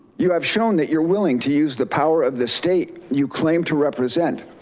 you have shown that you're willing to use the power of the state you claim to represent,